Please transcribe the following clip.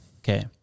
Okay